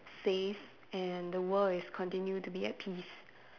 safe and the world is continue to be at peace